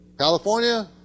California